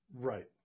right